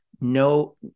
no